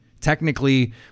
Technically